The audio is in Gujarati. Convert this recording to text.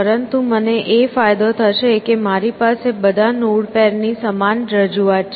પરંતુ મને એ ફાયદો થશે કે મારી પાસે બધા નોડ પેર ની સમાન રજૂઆત છે